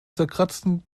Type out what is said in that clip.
zerkratzten